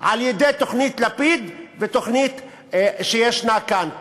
על-ידי תוכנית לפיד והתוכנית שישנה כאן,